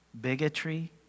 bigotry